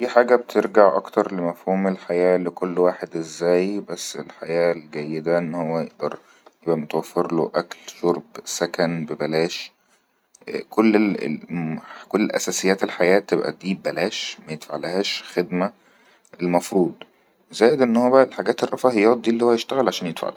دي حاجه بترجع أكتر لمفهوم الحياة لكل واحد ازاي بس الحياة الجيدة أنه يمكن أنه يتوفر له أكل شرب سكن ببلاش كل ال ال ءء أساسيات الحياة تكون ببلاش مييدفعلهاش لها خدمة المفروض زائد انه باقي الحاجات الرفاهيات هي هده التي يشتغل عشان يدفعها